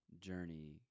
journey